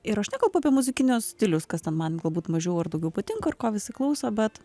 ir aš nekalbu apie muzikinius stilius kas ten man galbūt mažiau ar daugiau patinka ar ko visi klauso bet